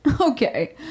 Okay